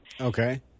Okay